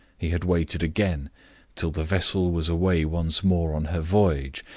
he had waited again till the vessel was away once more on her voyage,